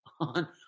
on